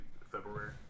February